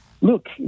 look